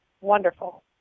wonderful